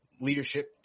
leadership